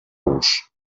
ous